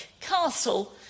Castle